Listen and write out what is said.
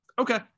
Okay